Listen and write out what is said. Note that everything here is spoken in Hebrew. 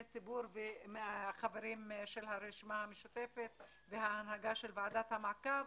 ציבור והחברים של הרשימה המשותפת וההנהגה של ועדת המעקב.